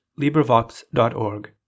LibriVox.org